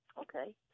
Okay